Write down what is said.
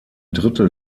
drittel